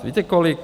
Víte kolik?